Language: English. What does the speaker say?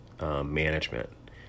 management